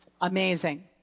amazing